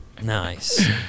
Nice